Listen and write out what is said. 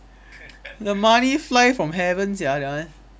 the money fly from heaven sia that one